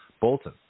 Bolton